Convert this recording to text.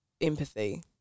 empathy